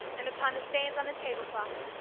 and upon the stains on the tablecloth.